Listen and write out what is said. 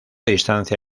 distancia